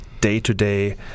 day-to-day